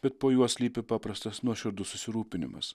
bet po juo slypi paprastas nuoširdus susirūpinimas